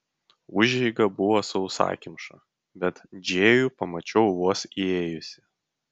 užeiga buvo sausakimša bet džėjų pamačiau vos įėjusi